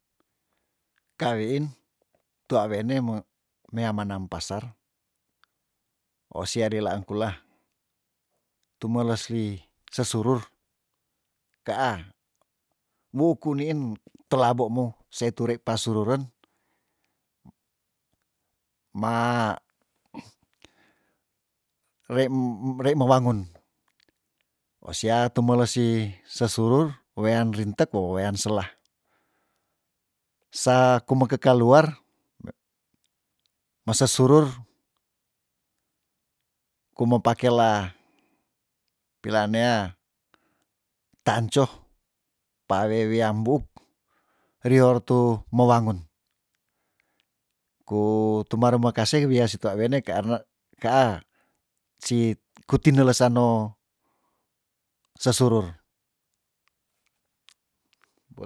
Kawein tuah wene mo mea manam pasar oh sea dei laangkula tumeles li sesurur kaah wuku niin tela bomou se turi pasururen ma reim- reime wangun oh sia temeles si sesurur wean rintek wawean selah sa ku meke kaluar mese surur kume pake lea pilaanea taan coh pa awe wiam buuk rior tu mewangun ku tumerema kaseh wia si te wene keerne kaa si kuti nelesano sesurur